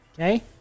Okay